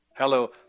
Hello